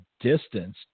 distance